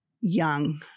young